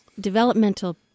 developmental